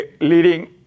leading